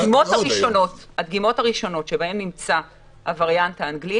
אמרת --- הדגימות הראשונות שבהן נמצא הווריאנט האנגלי,